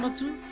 um to